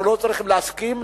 אנחנו לא צריכים להסכים,